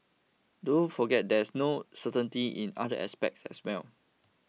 don't forget there's no certainty in other aspects as well